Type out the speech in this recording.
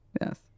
Yes